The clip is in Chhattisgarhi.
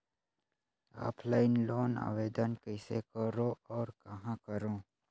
ऑफलाइन लोन आवेदन कइसे करो और कहाँ करो?